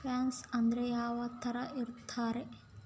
Place ಅಂದ್ರೆ ಯಾವ್ತರ ಇರ್ತಾರೆ?